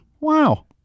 Wow